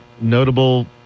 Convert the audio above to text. notable